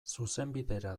zuzenbidera